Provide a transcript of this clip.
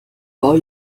war